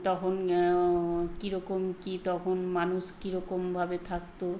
তখন কী রকম কী তখন মানুষ কী রকমভাবে থাকত